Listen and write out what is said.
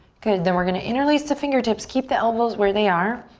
good, then we're gonna interlace to fingertips, keep the elbows where they are.